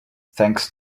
thanks